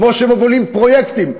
כמו שבמובילים פרויקטים,